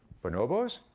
bonobos,